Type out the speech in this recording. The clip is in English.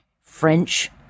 French